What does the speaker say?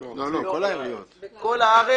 לא, בכל הארץ.